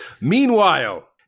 meanwhile